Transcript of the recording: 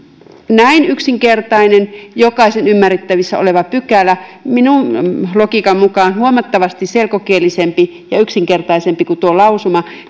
näin yksinkertainen jokaisen ymmärrettävissä oleva pykälä minun logiikkani mukaan huomattavasti selkokielisempi ja yksinkertaisempi kuin tuo lausuma